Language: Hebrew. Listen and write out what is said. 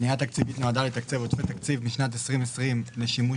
הפנייה התקציבית נועדה לתקצב עודפי תקציב משנת 2020 לשימוש